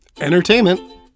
entertainment